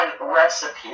recipe